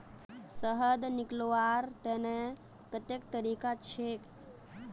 शहद निकलव्वार तने कत्ते तरीका छेक?